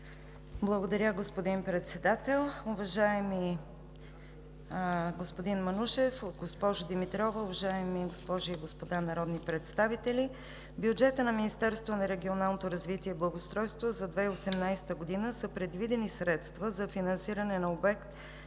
Благодаря Ви, господин Председател. Уважаеми господин Манушев и госпожо Димитрова, уважаеми госпожи и господа народни представители! В бюджета на Министерството на регионалното развитие и благоустройството за 2018 г. са предвидени средства за финансиране на обект